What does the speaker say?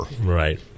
Right